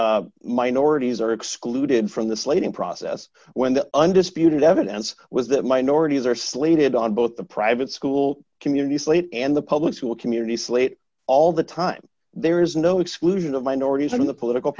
that minorities are excluded from the slating process when the undisputed evidence was that minorities are slated on both the private school community slate and the public school community slate all the time there is no exclusion of minorities in the political